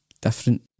different